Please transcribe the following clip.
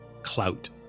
clout